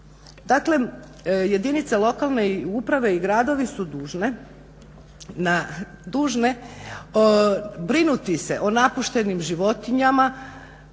Dakle jedinice lokalne uprave i gradovi su dužne brinuti se o napuštenim životinjama